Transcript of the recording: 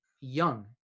young